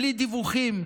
בלי דיווחים.